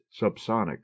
subsonic